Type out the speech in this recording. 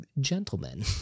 gentlemen